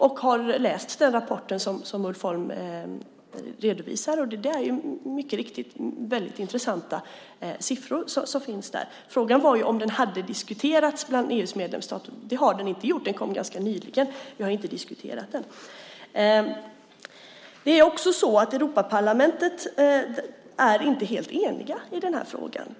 Jag har läst den rapport som Ulf Holm redovisar. Det är mycket riktigt väldigt intressanta siffror som finns där. Frågan var om den hade diskuterats bland EU:s medlemsstater. Det har man inte gjort. Den kom ganska nyligen. Vi har inte diskuterat den. Europaparlamentet är inte helt enigt i den här frågan.